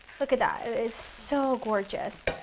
look at that it is so gorgeous,